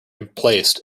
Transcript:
emplaced